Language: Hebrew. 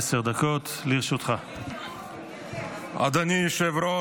אושרה בקריאה הטרומית ותעבור לדיון בוועדת